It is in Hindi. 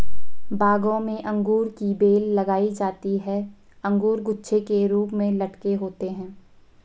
बागों में अंगूर की बेल लगाई जाती है अंगूर गुच्छे के रूप में लटके होते हैं